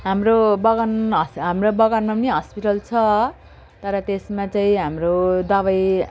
हाम्रो बगानमा हाम्रो बगानमा पनि हस्पिटल छ तर त्यसमा चाहिँ हाम्रो दबाई